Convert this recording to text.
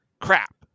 crap